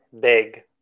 big